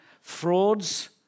frauds